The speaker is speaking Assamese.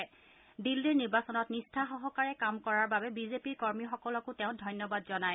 তেওঁ দিল্লীৰ নিৰ্বাচনত নিষ্ঠা সহকাৰে কাম কৰাৰ বাবে বিজেপি ৰ কৰ্মীসকলোকো ধন্যবাদ জনায়